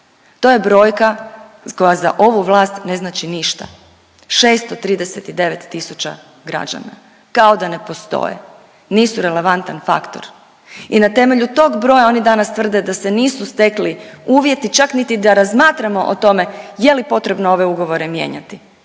To je brojka koja za ovu vlast ne znači ništa. 639000 građana kao da ne postoje, nisu relevantan faktor. I na temelju tog broja oni danas tvrde da se nisu stekli uvjeti čak niti da razmatramo o tome je li potrebno ove ugovore mijenjati,